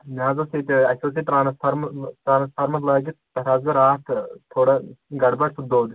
مےٚ حظ اوس ییٚتہِ اسہِ اوس ییٚتہِ ٹرٛانَسفارمَر ٲں ٹرٛانَسفارمَر لٲگِتھ تَتھ حظ گوٚو راتھ تھوڑا گڑٕ بَڑٕ سُہ دوٚد